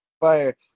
fire